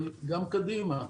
אבל גם קדימה.